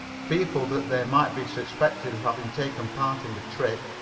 fearful that they might be suspected of having taken part in the trick,